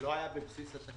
זה לא היה בבסיס התקציב.